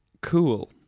cool